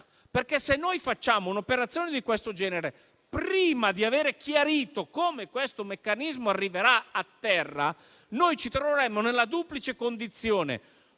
Se infatti noi facciamo un'operazione di questo genere prima di avere chiarito come questo meccanismo arriverà a terra, potremo trovarci in una duplice condizione: